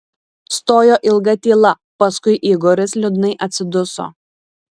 stojo ilga tyla paskui igoris liūdnai atsiduso